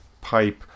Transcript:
pipe